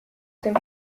dem